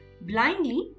blindly